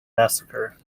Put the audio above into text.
massacre